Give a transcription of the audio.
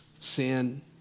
sin